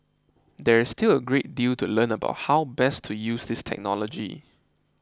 there is still a great deal to learn about how best to use this technology